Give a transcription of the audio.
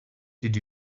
did